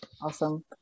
Awesome